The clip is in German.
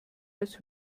als